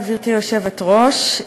היושבת-ראש,